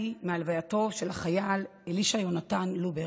" על השטיח האדום".